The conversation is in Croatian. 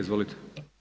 Izvolite.